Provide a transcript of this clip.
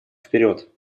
вперед